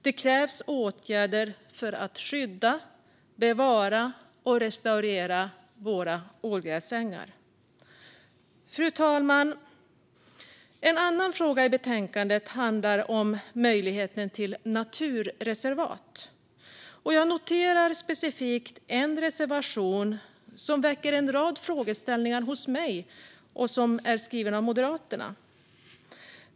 Det krävs åtgärder för att skydda, bevara och restaurera våra ålgräsängar. Fru talman! En annan fråga i betänkandet handlar om möjligheten till naturreservat. Jag noterar specifikt en reservation som väcker en rad frågeställningar hos mig och som är skriven av Moderaterna.